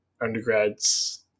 undergrad's